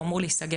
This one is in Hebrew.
והוא אמור להיסגר.